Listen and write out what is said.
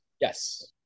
Yes